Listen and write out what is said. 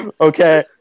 Okay